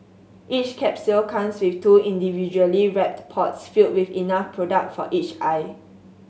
each capsule comes with two individually wrapped pods filled with enough product for each eye